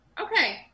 Okay